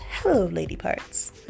helloladyparts